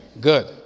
Good